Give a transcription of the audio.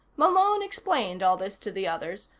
malone explained all this to the others,